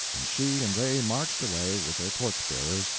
and she and they marched away, with their torch-bearers,